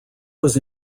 was